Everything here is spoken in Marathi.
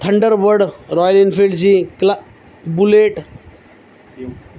थंडर बर्ड रॉयल एन्फीलल्डची क्ला बुलेट